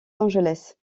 angeles